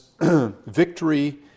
victory